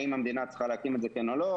האם המדינה צריכה להקים את זה כן או לא,